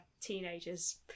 teenagers